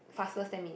fastest ten minutes